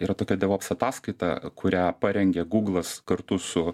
yra tokia denops ataskaita kurią parengė guglas kartu su